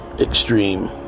extreme